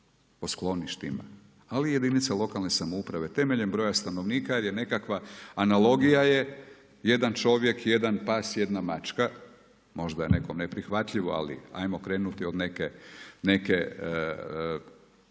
O skloništima, ali i jedinica lokalne samouprave temeljem broja stanovnika jer je nekakva, analogija je, jedan čovjek, jedan pas, jedna mačka, možda je nekome neprihvatljivo, ali ajmo krenuti od nekog